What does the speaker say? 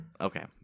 Okay